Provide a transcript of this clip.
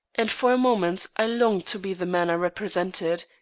and for a moment, i longed to be the man represented,